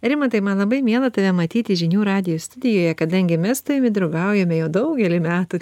rimantai man labai miela tave matyti žinių radijo studijoje kadangi mes tavimi draugaujame jau daugelį metų